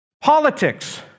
Politics